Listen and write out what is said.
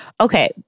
Okay